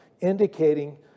indicating